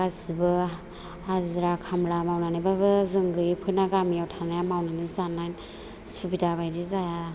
गासैबो हाजिरा खामला मावनानैब्लाबो जों गैयैफोरना गामियाव थानाया मावनानै जानाय सुबिदा बायदि जाया